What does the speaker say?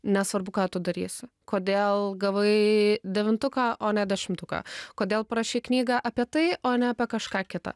nesvarbu ką tu darysi kodėl gavai devintuką o ne dešimtuką kodėl parašei knygą apie tai o ne apie kažką kitą